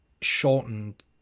shortened